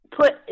put